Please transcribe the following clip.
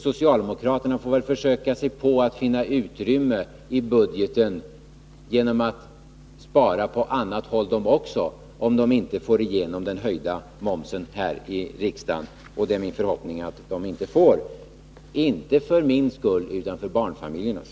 Socialdemokraterna får väl försöka sig på att finna utrymme i budgeten genom att spara på annat håll de också, om de inte får igenom en höjning av momsen här i riksdagen, vilket det är min förhoppning att de inte får — inte för min skull utan för barnfamiljernas.